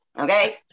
okay